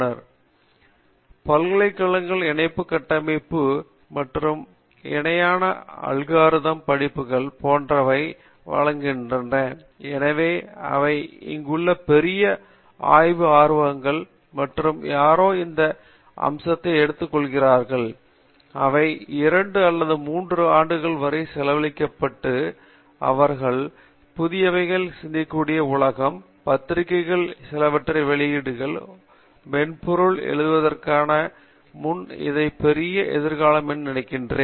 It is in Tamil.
மிக சில பல்கலைக்கழகங்கள்கூட இணையான கட்டமைப்பு மற்றும் இணையான அல்காரிதம் படிப்புகள் போன்ற வகைகளை வழங்குகின்றன எனவே அவை இங்குள்ள பெரிய ஆய்வு ஆர்வங்கள் மற்றும் யாரோ இந்த அம்சத்தை எடுத்துக் கொள்ளுகிறார்களோ அவை 2 அல்லது 3 ஆண்டுகள் வரை செலவழிக்கப்பட்டு அவர்கள் புதியவைகளை சிந்திக்கக்கூடிய உலகம் பத்திரிகைகளில் சிலவற்றை வெளியிடுவது ஒருவிதமான மென்பொருளை எழுதுவதற்கு நான் முன் இதை ஒரு பெரிய எதிர்காலம் என்று நினைக்கிறேன்